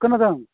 खोनादों